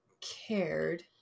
cared